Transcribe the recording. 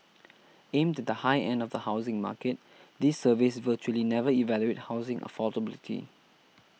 aimed at the high end of the housing market these surveys virtually never evaluate housing affordability